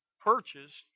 purchased